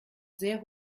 sehr